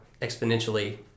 exponentially